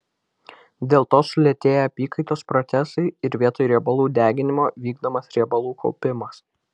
dėl to sulėtėja apykaitos procesai ir vietoj riebalų deginimo vykdomas riebalų kaupimas